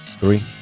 three